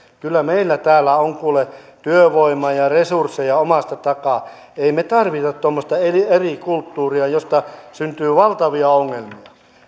kyllä meillä täällä on kuule työvoimaa ja resursseja omasta takaa emme me tarvitse tuommoista eri kulttuuria josta syntyy valtavia ongelmia